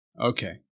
okay